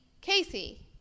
Casey